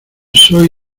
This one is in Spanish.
soy